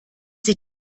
sie